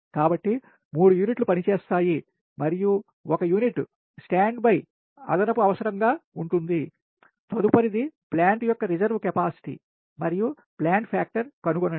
కాబట్టి 3 యూనిట్లు పనిచేస్తాయి మరియు 1 యూనిట్ standby అదనపు అవసరము గా ఉంటుంది తదుపరిది ప్లాంట్ యొక్క రిజర్వు కెపాసిటీ మరియు ప్లాంట్ ఫాక్టర్ కనుగొనండి